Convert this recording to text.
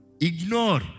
Ignore